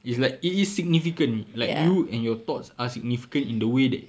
it's like it is significant like you and your thoughts are significant in the way that